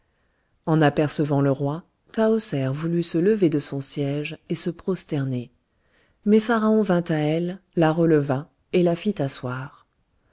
en apercevant le roi tahoser voulut se lever de son siège et se prosterner mais pharaon vint à elle la releva et la fit asseoir